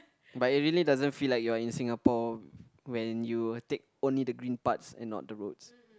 but it really doesn't feel like you're in Singapore when you take only the green parts and not the roads